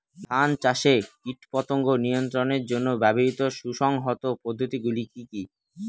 ধান চাষে কীটপতঙ্গ নিয়ন্ত্রণের জন্য ব্যবহৃত সুসংহত পদ্ধতিগুলি কি কি?